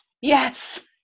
Yes